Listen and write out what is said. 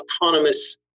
autonomous